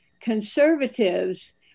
conservatives